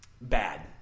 bad